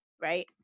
right